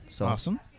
Awesome